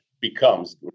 becomes